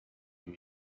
you